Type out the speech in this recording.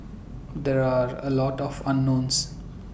there are A lot of unknowns